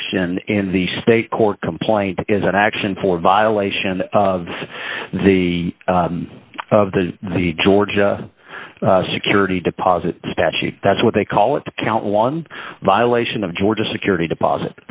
action in the state court complaint is an action for violation of the of the the georgia security deposit statute that's what they call it to count one violation of georgia security deposit